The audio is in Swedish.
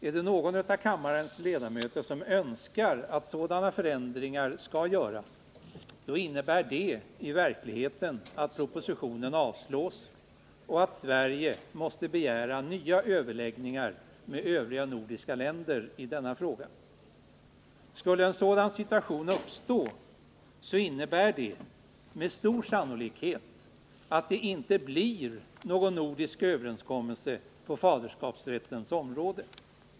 Är det någon av kammarens ledamöter som önskar att sådana förändringar skall göras, så innebär det i verkligheten att propositionen avslås och att Sverige måste begära nya överläggningar med övriga nordiska länder i denna fråga. Skulle en sådan situation uppstå innebär det med stor sannolikhet att det inte blir någon nordisk överenskommelse på faderskapsrättens område.